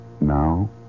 Now